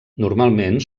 normalment